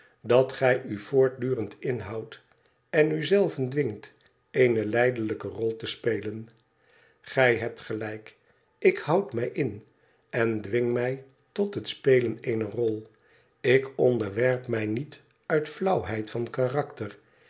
dat gij u voortdurend inhoudt en u zelven dwingt eene lijdelijke rol te spelen gij hebt gelijk ik houd mij in en dwing mij tot het spelen eener rol ik onderwerp mij niet uit flauwheid van karakter